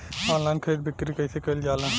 Online खरीद बिक्री कइसे कइल जाला?